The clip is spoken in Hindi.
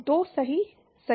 दो सही सही